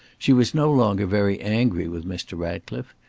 she was no longer very angry with mr. ratcliffe.